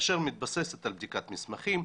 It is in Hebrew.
אשר מתבססת על בדיקת מסמכים,